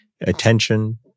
attention